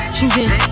Choosing